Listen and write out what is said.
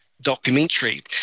documentary